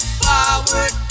forward